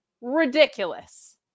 Ridiculous